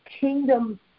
kingdom